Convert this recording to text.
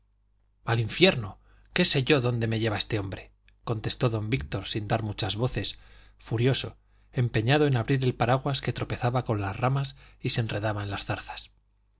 al infierno qué sé yo dónde me lleva este hombre contestó don víctor sin dar muchas voces furioso empeñado en abrir el paraguas que tropezaba con las ramas y se enredaba en las zarzas